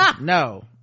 no